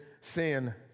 sin